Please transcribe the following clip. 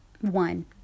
one